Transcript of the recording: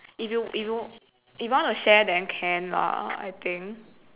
if you if you if you want to share then can lah I think